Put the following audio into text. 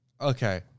Okay